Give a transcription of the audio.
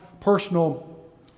personal